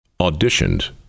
auditioned